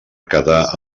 quedar